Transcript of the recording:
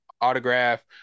autograph